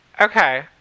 Okay